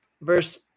Verse